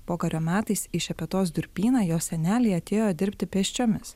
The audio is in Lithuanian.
pokario metais į šepetos durpyną jos seneliai atėjo dirbti pėsčiomis